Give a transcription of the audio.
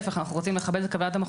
אנחנו רוצים לכבד את כוונת המחוקק,